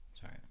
Sorry